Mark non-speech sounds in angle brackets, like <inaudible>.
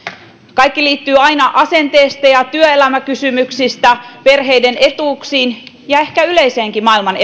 kaikki lähtien asenteista ja työelämäkysymyksistä aina perheiden etuuksiin ja ehkä maailman <unintelligible>